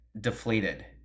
deflated